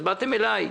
אז באתם אלינו.